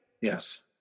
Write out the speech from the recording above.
Yes